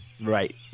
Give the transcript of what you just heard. right